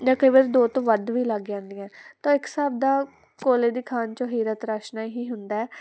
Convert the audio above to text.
ਜਾਂ ਕਈ ਵਾਰ ਦੋ ਤੋਂ ਵੱਧ ਵੀ ਲੱਗ ਜਾਂਦੀਆਂ ਤਾਂ ਇੱਕ ਹਿਸਾਬ ਦਾ ਕੋਲੇ ਦੀ ਖਾਣ 'ਚੋਂ ਹੀਰਾ ਤਰਾਸ਼ਣਾ ਹੀ ਹੁੰਦਾ